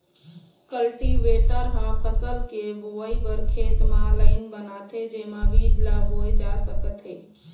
cultivator ह फसल के बोवई बर खेत म लाईन बनाथे जेमा बीज ल बोए जा सकत हे